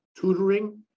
tutoring